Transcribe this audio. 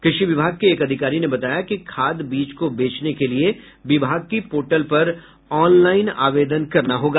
कृषि विभाग के एक अधिकारी ने बताया कि खाद बीज को बेचने के लिए विभाग की पोर्टल पर ऑनलाईन आवेदन करना होगा